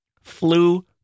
flu